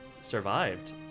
survived